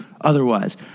otherwise